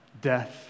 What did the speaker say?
death